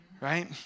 right